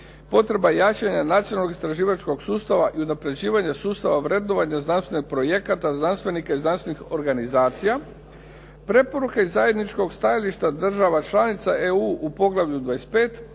potreba jačanja nacionalnog istraživačkog sustava i unapređivanje sustava vrednovanja znanstvenih projekata, znanstvenika i znanstvenih organizacija, preporuke zajedničkog stajališta država članica EU u poglavlju 25.,